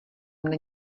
mne